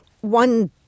one